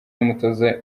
y’umutoza